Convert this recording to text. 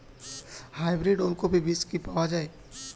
Hybrid ওলকফি বীজ কি পাওয়া য়ায়?